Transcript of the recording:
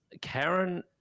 Karen